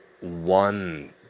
one